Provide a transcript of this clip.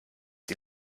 die